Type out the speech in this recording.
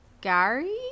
Gary